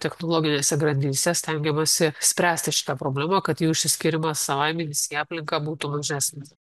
technologinėse grandyse stengiamasi spręsti šitą problemą kad jų išsiskyrimas savaiminis į aplinką būtų mažesnis